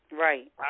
Right